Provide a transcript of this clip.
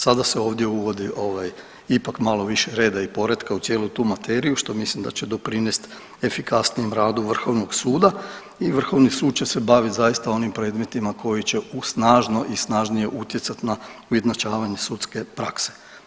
Sada se ovdje uvodi ipak malo više reda i poretka u cijelu tu materiju što mislim da će doprinest efikasnijem radu vrhovnog suda i vrhovni sud će se baviti zaista onim predmetima koji će u snažno i snažnije utjecat na ujednačavanje sudske prakse.